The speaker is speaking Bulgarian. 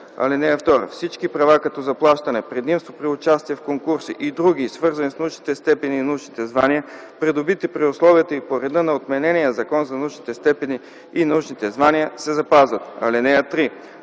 (2) Всички права като заплащане, предимство при участие в конкурси и други, свързани с научните степени и научните звания, придобити при условията и по реда на отменения Закон за научните степени и научните звания, се запазват. (3)